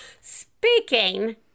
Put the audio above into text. Speaking